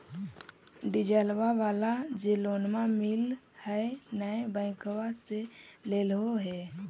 डिजलवा वाला जे लोनवा मिल है नै बैंकवा से लेलहो हे?